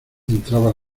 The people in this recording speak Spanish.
entraba